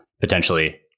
Potentially